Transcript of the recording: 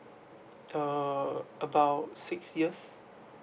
um about six years